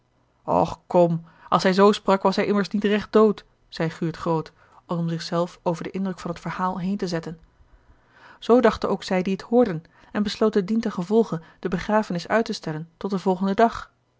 och kom als hij zoo sprak was hij immers niet recht dood zei guurt groot als om zich zelf over den indruk van t verhaal heen te zetten zoo dachten ook zij die het hoorden en besloten dientengevolge de begrafenis uit te stellen tot den volgenden dag